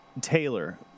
Taylor